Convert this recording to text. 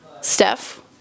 Steph